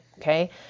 Okay